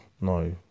no